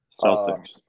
Celtics